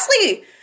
Leslie